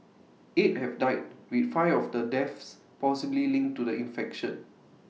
eight have died with five of the deaths possibly linked to the infection